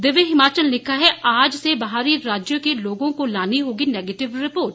दिव्य हिमाचल ने लिखा है आज से बाहरी राज्यों के लोगों को लानी होगी नेगेटिव रिपोर्ट